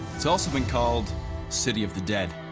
it's also been called city of the dead.